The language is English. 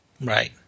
Right